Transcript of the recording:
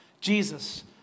Jesus